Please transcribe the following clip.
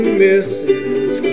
misses